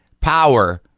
power